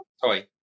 Sorry